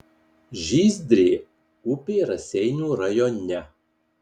žyzdrė upė raseinių rajone